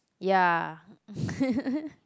ya